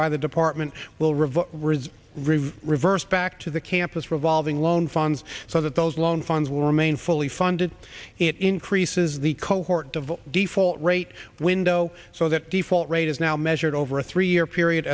by the department will revert reverse back to the campus revolving loan funds so that those loan funds will remain fully funded it increases the cohort of default rate window so that default rate is now measured over a three year period